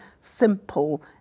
simple